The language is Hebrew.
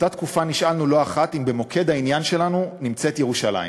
באותה תקופה נשאלנו לא אחת אם במוקד העניין שלנו נמצאת ירושלים,